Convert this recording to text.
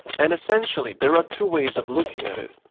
and essentially there are two ways of looking at it.